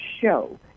show